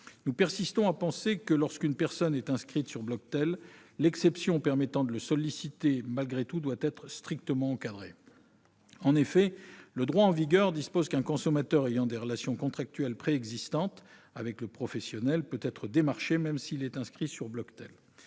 nous persistons à penser que, lorsqu'une personne est inscrite sur Bloctel, l'exception permettant malgré cela de la solliciter doit être strictement encadrée. En effet, le droit en vigueur dispose qu'un consommateur ayant des relations contractuelles préexistantes avec un professionnel peut être démarché par celui-ci, même s'il est inscrit sur Bloctel.